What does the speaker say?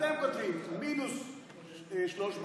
אתם כותבים: מינוס 300,